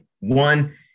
one